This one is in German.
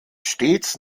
stets